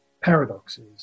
paradoxes